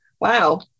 Wow